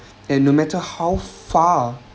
and no matter how far